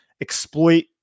exploit